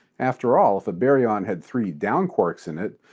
after all, if a baryon had three down quarks in it,